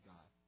God